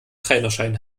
trainerschein